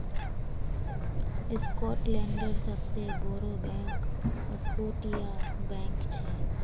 स्कॉटलैंडेर सबसे बोड़ो बैंक स्कॉटिया बैंक छे